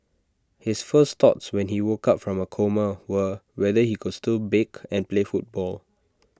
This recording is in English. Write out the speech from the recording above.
his first thoughts when he woke up from A coma were whether he could still bake and play football